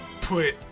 put